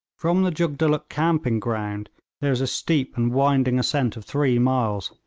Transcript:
from the jugdulluk camping ground there is a steep and winding ascent of three miles,